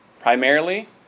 primarily